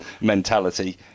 mentality